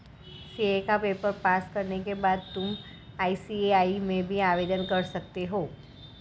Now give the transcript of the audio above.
CA का paper pass करने के बाद तुम आई.सी.ए.आई में भी आवेदन कर सकते हो